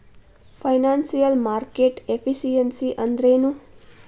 Financial market efficiency ಅಂದ್ರೇನು?